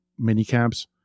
minicabs